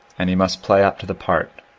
and he must play up to the part,